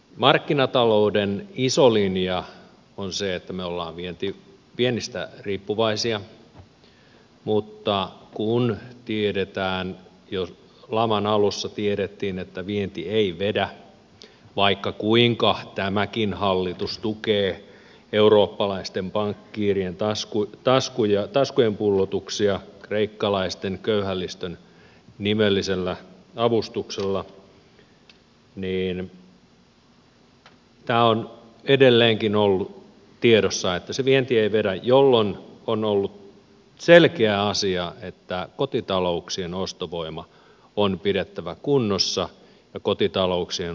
markkinatalouden iso linja on se että me olemme viennistä riippuvaisia mutta kun tiedetään jo laman alussa tiedettiin että vienti ei vedä vaikka kuinka tämäkin hallitus tukee eurooppalaisten pankkiirien taskujen pullotuksia kreikkalaisten köyhälistön nimellisellä avustuksella niin tämä on edelleenkin ollut tiedossa että se vienti ei vedä jolloin on ollut selkeä asia että kotitalouksien ostovoima on pidettävä kunnossa ja kotitalouksien ostovoima pitää rattaat pyörimässä